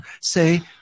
say